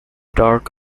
dark